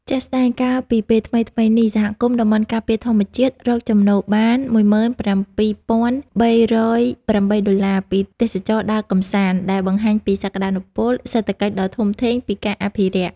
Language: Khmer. ជាក់ស្តែង កាលពីពេលថ្មីៗនេះ សហគមន៍តំបន់ការពារធម្មជាតិរកចំណូលបាន ១៧,៣០៨ ដុល្លារ ពីទេសចរដើរកម្សាន្ត ដែលបង្ហាញពីសក្តានុពលសេដ្ឋកិច្ចដ៏ធំធេងពីការអភិរក្ស។